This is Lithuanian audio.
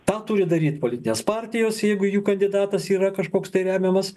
tą turi daryt politinės partijos jeigu jų kandidatas yra kažkoks tai remiamas